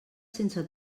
sense